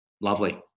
Lovely